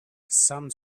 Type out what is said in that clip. some